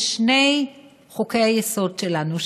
בשני חוקי-היסוד שלנו,